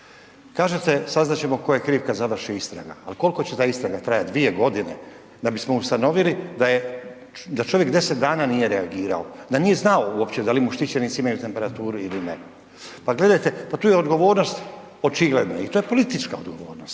Kažete saznat ćemo ko je kriv kad završi istraga. Al kolko će ta istraga trajat? 2.g.? Da bismo ustanovili da je, da čovjek 10 dana nije reagirao, da nije znao uopće da li mu štićenici imaju temperaturu ili ne. Pa gledajte, tu je odgovornost očigledna i to je politička odgovornost